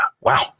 wow